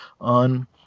on